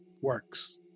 works